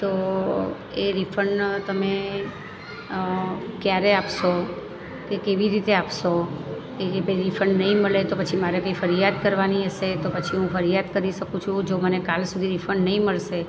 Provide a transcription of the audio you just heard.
તો એ રિફંડ તમે ક્યારે આપશો તે કેવી રીતે આપશો તે રીતે રિફંડ નહિ મળે તો પછી મારે કંઈ ફરિયાદ કરવાની હશે તો પછી હું ફરિયાદ કરી શકું છું જો મને કાલ સુધી રિફંડ નહિ મળશે